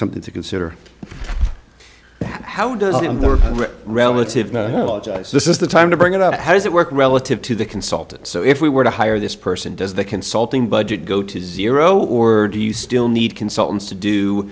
something to consider how does it work relative this is the time to bring it out how does it work relative to the consultant so if we were to hire this person does that consulting budget go to zero or do you still need consultants to do